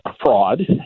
fraud